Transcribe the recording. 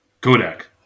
Kodak